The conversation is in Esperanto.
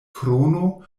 krono